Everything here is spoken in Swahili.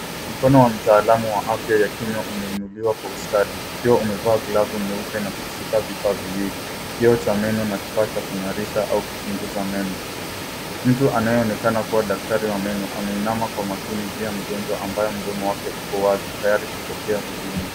Mkono wa mtaalamu wa afya ya kinywa umeinuliwa kwa ustadi ukiwa umevaa glovu nyeupe na kushika vifaa viwili, kioo cha meno na kifaa cha kungarisha au kuchunguza meno. Mtu anayeonekana kua daktari wa meno ameinama kwa makini juu ya mgonjwa ambaye mdomo wake uko wazi tayari kupokea huduma.